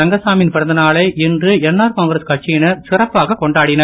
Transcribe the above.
ரங்கசாமி யின் பிறந்தநாளை இன்று என்ஆர் காங்கிரஸ் கட்சியினர் சிறப்பாகக் கொண்டாடினர்